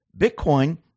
Bitcoin